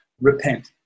repent